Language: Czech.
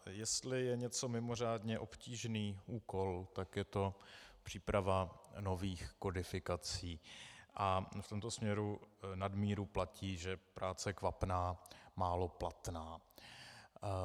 Jestli je něco mimořádně obtížný úkol, tak je to příprava nových kodifikací, a v tomto směru nadmíru platí, že práce kvapná málo platná.